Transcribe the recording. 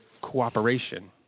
cooperation